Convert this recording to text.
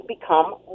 become